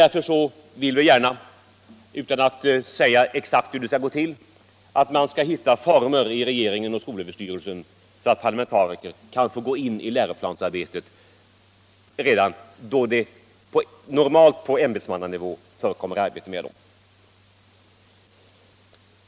Därför förordar utskottet, utan att säga exakt hur det skall gå till, att regeringen och skolöverstyrelsen försöker finna former för att låta parlamentariker gå in i läroplansarbetet redan på det stadium som normalt är ämbetsmannanivå.